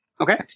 Okay